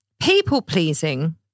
people-pleasing